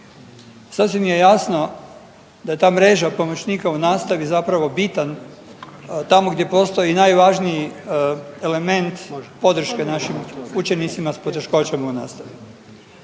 Sasvim je jasno da ta mreža pomoćnika u nastavi zapravo bitan tamo gdje postoji najvažniji element podrške našim učenicima s poteškoćama u nastavi.